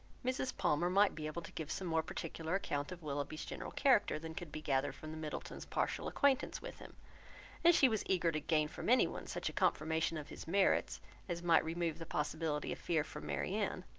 mrs. palmer might be able to give some more particular account of willoughby's general character, than could be gathered from the middletons' partial acquaintance with him and she was eager to gain from any one, such a confirmation of his merits as might remove the possibility of fear from marianne.